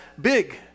big